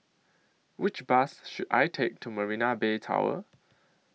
Which Bus should I Take to Marina Bay Tower